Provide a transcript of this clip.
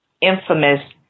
infamous